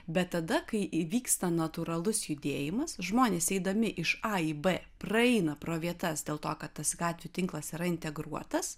bet tada kai vyksta natūralus judėjimas žmonės eidami iš a į b praeina pro vietas dėl to kad tas gatvių tinklas yra integruotas